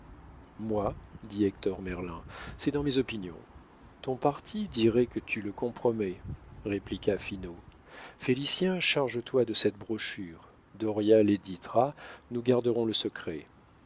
moi dit hector merlin c'est dans mes opinions ton parti dirait que tu le compromets répliqua finot félicien charge-toi de cette brochure dauriat l'éditera nous garderons le secret